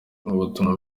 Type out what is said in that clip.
ubutumwa